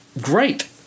Great